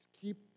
keep